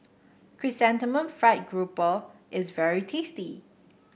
Chrysanthemum Fried Grouper is very tasty